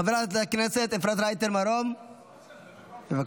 חברת הכנסת אפרת רייטן מרום, בבקשה.